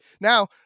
Now